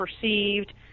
perceived